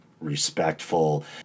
respectful